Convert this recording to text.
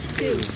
two